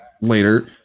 later